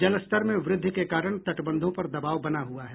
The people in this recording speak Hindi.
जलस्तर में वृद्धि के कारण तटबंधों पर दबाव बना हुआ है